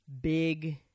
big